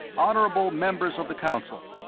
honorable members of the council,